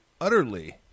utterly